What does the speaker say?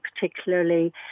particularly